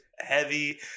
Heavy